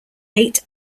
eight